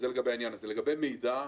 לגבי מידע,